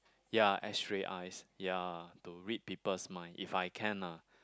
ya X-ray eyes ya to read people's mind if I can lah